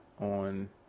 on